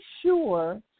sure